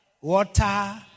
water